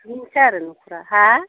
बिदिनोसै आरो नखरा हा